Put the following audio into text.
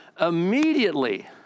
immediately